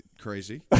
crazy